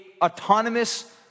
autonomous